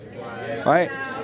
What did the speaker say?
Right